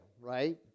right